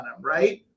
right